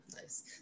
nice